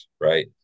right